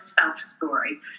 self-story